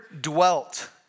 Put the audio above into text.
dwelt